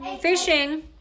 Fishing